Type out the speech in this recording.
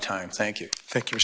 time thank you thank you